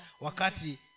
wakati